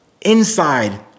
inside